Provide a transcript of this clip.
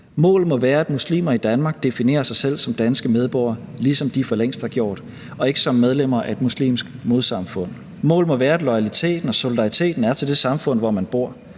Målet må være, at muslimer i Danmark definerer sig selv som danske medborgere, ligesom de for længst har gjort, og ikke som medlemmer af et muslimsk modsamfund. Målet må være, at loyaliteten og solidariteten er til det samfund, hvor man bor.